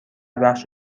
بخش